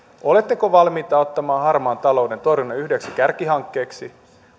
oletteko valmiita ottamaan harmaan talouden torjumisen yhdeksi kärkihankkeeksi